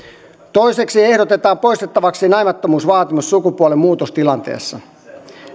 toiseksi ehdotetaan poistettavaksi naimattomuusvaatimus sukupuolenmuutostilanteessa